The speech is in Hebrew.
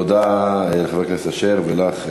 תודה לחבר הכנסת אשר ולך,